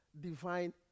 divine